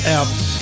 apps